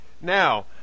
Now